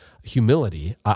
humility